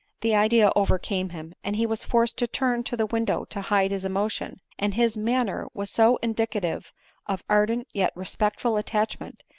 the idea overcame him and he was forced to turn to the window to hide his emotion and his manner was so indicative of ardent yet respectful attachment,